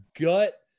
gut